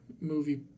movie